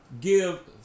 give